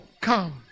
come